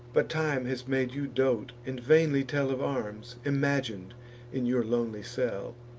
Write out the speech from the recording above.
but time has made you dote, and vainly tell of arms imagin'd in your lonely cell.